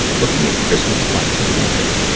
looking at christmas lights in winter.